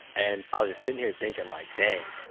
and ah just sitting here thinking like, dang.